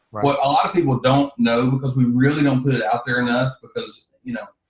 what a lot of people don't know because we really don't put out there enough because you know,